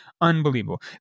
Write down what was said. unbelievable